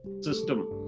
system